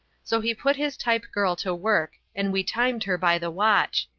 so he put his type-girl to work, and we timed her by the watch.